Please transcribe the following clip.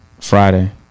Friday